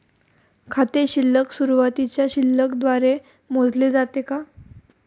खाते शिल्लक सुरुवातीच्या शिल्लक द्वारे मोजले जाते का?